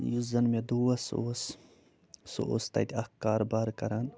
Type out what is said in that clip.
یُس زن مےٚ دوس اوس سُہ اوس تَتہِ اکھ کارٕ بار کَران